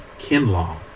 Kinlaw